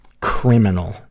criminal